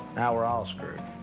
now we're all screwed.